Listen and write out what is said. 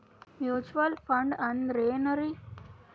Mutual fund ಅಂದ್ರೆನ್ರಿ?